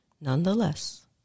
Nonetheless